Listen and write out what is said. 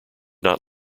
not